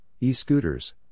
e-scooters